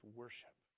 worship